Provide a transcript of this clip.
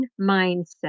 mindset